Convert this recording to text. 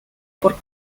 por